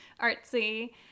artsy